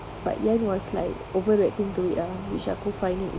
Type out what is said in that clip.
but yen was like overreacting to it ah which aku find it it's